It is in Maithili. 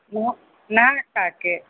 नह नहा खा कऽ